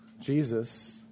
Jesus